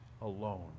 alone